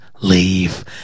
leave